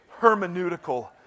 hermeneutical